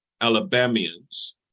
Alabamians